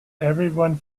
everyone